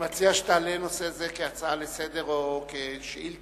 אני מציע שתעלה נושא זה כהצעה לסדר-היום או כשאילתא,